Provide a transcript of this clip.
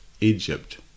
Egypt